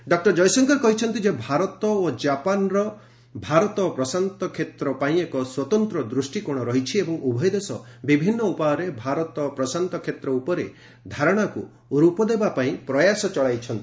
doctor Jaishankar କହିଛନ୍ତି ଯେ ଉଭୟ ଭାରତ ଓ ଜାପାନ୍ର ଭାରତ ପ୍ରଶାାନ୍ତ କ୍ଷେତ୍ର ପାଇଁ ଏକ ସଚନ୍ତ ଦୃଷ୍ଟିକୋଶ ରହିଛି ଏବଂ ଉଭୟ ଦେଶ ବିଭିନ୍ନ ଉପାୟରେ ଭାରତ ପ୍ରଶାନ୍ତ କ୍ଷେତ୍ର ଉପରେ ଧାରଣାକୁ ଆକାର ଦେବା ପାଇଁ ପ୍ରୟାସ କରିଚାଲିଛନ୍ତି